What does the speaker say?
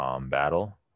battle